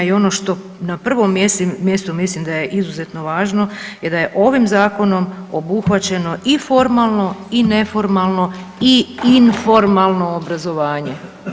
I ono što na prvom mjestu mislim da je izuzetno važno je da je ovim Zakonom obuhvaćeno i formalno, i neformalno i informalno obrazovanje.